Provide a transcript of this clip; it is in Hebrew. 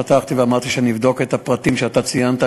פתחתי ואמרתי שאני אבדוק את הפרטים שאתה ציינת,